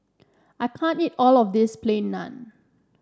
I can't eat all of this Plain Naan